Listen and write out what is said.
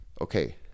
okay